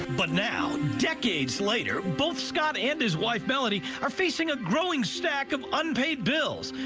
but now, decades later both scott and his wife are facing a growing stack of unpaid bills,